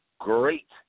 Great